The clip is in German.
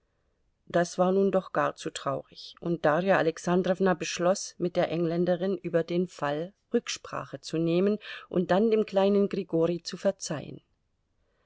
das war nun doch gar zu traurig und darja alexandrowna beschloß mit der engländerin über den fall rücksprache zu nehmen und dann dem kleinen grigori zu verzeihen